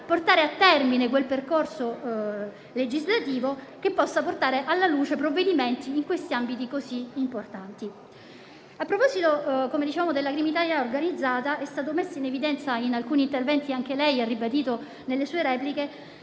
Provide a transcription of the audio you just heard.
portare a termine quel percorso capace di portare alla luce provvedimenti in questi ambiti così importanti. A proposito della criminalità organizzata è stato messo in evidenza in alcuni interventi - anche lei lo ha ribadito nella sua replica